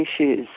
issues